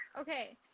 okay